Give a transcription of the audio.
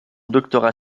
doctorat